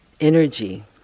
energy